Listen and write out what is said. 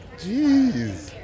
Jeez